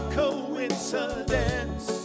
coincidence